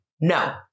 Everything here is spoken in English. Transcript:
No